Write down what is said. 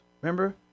Remember